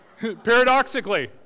Paradoxically